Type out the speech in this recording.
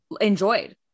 enjoyed